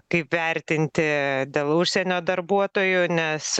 kaip vertinti dėl užsienio darbuotojų nes